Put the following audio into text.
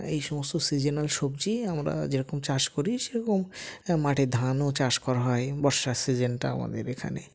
এই সমস্ত সিজনাল সবজি আমরা যেরকম চাষ করি সেরকম মাঠের ধানও চাষ করা হয় বর্ষার সিজনটা আমাদের এখানে